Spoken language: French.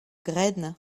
graines